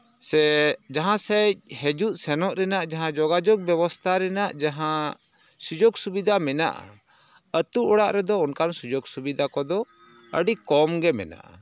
ᱥᱮ ᱡᱟᱦᱟᱸ ᱥᱮᱫ ᱦᱤᱡᱩᱜ ᱥᱮᱱᱚᱜ ᱨᱮᱱᱟᱜ ᱡᱟᱦᱟᱸ ᱡᱳᱜᱟᱡᱳᱜᱽ ᱵᱮᱵᱚᱥᱛᱟ ᱨᱮᱱᱟᱜ ᱡᱟᱦᱟᱸ ᱥᱩᱡᱳᱜᱷ ᱥᱩᱵᱤᱫᱷᱟ ᱢᱮᱱᱟᱜᱼᱟ ᱟᱹᱛᱩ ᱚᱲᱟᱜ ᱨᱮᱫᱚ ᱚᱱᱠᱟᱱ ᱥᱩᱡᱳᱜᱽ ᱥᱩᱵᱤᱫᱷᱟ ᱠᱚᱫᱚ ᱟᱹᱰᱤ ᱠᱚᱢ ᱜᱮ ᱢᱮᱱᱟᱜᱼᱟ